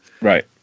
Right